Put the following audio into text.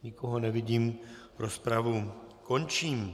Nikoho nevidím, rozpravu končím.